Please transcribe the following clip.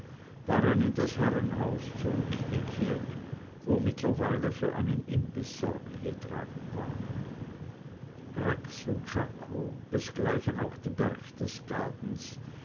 waren in das herrenhaus zurückgekehrt wo mittlerweile für einen imbiß sorge getragen war rex und czako desgleichen auch die berchtesgadens